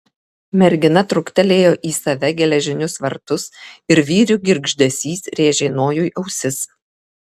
mergina truktelėjo į save geležinius vartus ir vyrių girgždesys rėžė nojui ausis